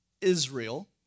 Israel